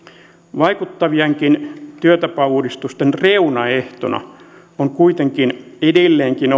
vaikuttavienkin työtapauudistusten reunaehtona on kuitenkin edelleenkin